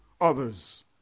others